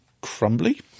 Crumbly